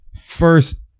first